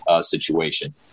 situation